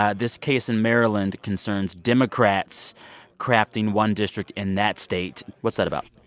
ah this case in maryland concerns democrats crafting one district in that state. what's that about?